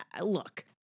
look